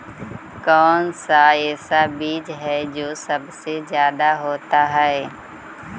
कौन सा ऐसा बीज है जो सबसे ज्यादा होता है?